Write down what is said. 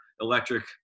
electric